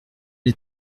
les